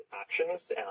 actions